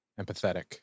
empathetic